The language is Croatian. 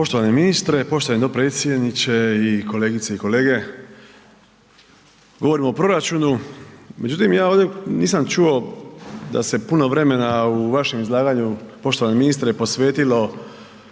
Poštovani ministre, poštovani dopredsjedniče i kolegice i kolege. Govorimo o proračunu. Međutim, ja ovdje nisam čuo da se puno vremena u vašem izlaganju poštovani ministre posvetilo